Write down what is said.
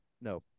no